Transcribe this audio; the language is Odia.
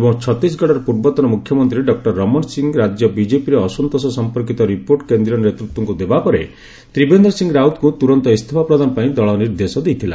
ଏବଂ ଛତିଶଗଡ଼ର ପୂର୍ବତନ ମୁଖ୍ୟମନ୍ତ୍ରୀ ଡକ୍କର ରମଣ ସିଂହ ରାଜ୍ୟ ବିଜେପିରେ ଅସନ୍ତୋଷ ସମ୍ପର୍କୀତ ରିପୋର୍ଟ କେନ୍ଦ୍ରୀୟ ନେତୃତ୍ୱଙ୍କୁ ଦେବାପରେ ତ୍ରିବେନ୍ଦ୍ର ସିଂ ରାଓ୍ୱତଙ୍କୁ ତୁରନ୍ତ ଇସ୍ତଫା ପ୍ରଦାନ ପାଇଁ ଦଳ ନିର୍ଦ୍ଦେଶ ଦେଇଥିଲା